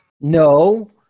No